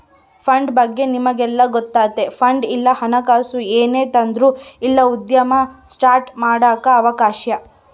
fund ಬಗ್ಗೆ ನಮಿಗೆಲ್ಲ ಗೊತ್ತತೆ ಫಂಡ್ ಇಲ್ಲ ಹಣಕಾಸು ಏನೇ ತಾಂಡ್ರು ಇಲ್ಲ ಉದ್ಯಮ ಸ್ಟಾರ್ಟ್ ಮಾಡಾಕ ಅವಶ್ಯಕ